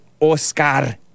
Oscar